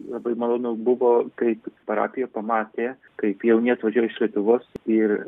labai malonu buvo kai parapija pamatė kaip jauni atvažiuoja iš lietuvos ir